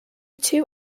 two